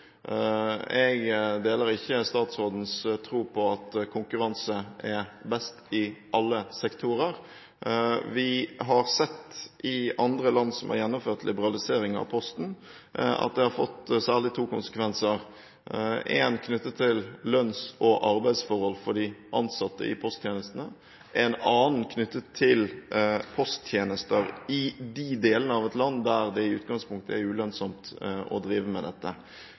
Jeg deler ikke statsrådens tro på at konkurranse er best i alle sektorer. Vi har sett i andre land som har gjennomført liberaliseringer av posten, at det har fått særlig to konsekvenser – én knyttet til lønns- og arbeidsforhold for de ansatte i posttjenestene, en annen knyttet til posttjenester i de delene av et land der det i utgangspunktet er ulønnsomt å drive med dette.